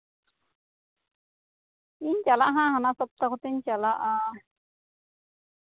ᱤᱧ ᱪᱟᱞᱟᱜᱼᱟ ᱦᱟᱸᱜ ᱦᱟᱱᱟ ᱥᱚᱯᱛᱟᱦᱚ ᱛᱤᱧ ᱪᱟᱞᱟᱜᱼᱟ